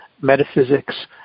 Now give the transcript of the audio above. metaphysics